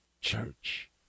church